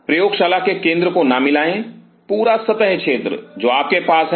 प्रयोगशाला के केंद्र को ना मिलाएँ पूरा सतह क्षेत्र जो आपके पास है